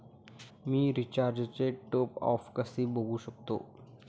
मी रिचार्जचे टॉपअप कसे बघू शकतो?